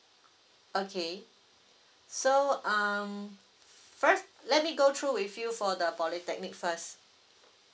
okay so um first let me go through with you for the polytechnic first